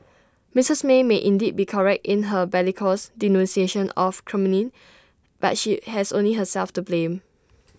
Mrs may might indeed be correct in her bellicose denunciation of Kremlin but she has only herself to blame